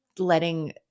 letting